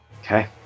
Okay